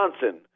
Johnson